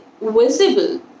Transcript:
visible